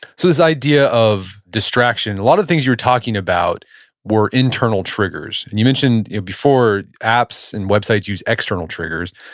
so this idea of distraction a lot of the things you were talking about were internal triggers. and you mentioned before, apps and websites use external triggers,